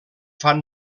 fan